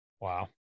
Wow